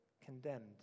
condemned